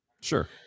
Sure